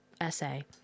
essay